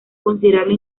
considerable